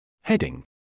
Heading